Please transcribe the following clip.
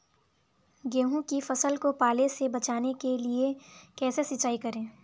गेहूँ की फसल को पाले से बचाने के लिए कैसे सिंचाई करें?